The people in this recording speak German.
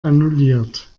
annulliert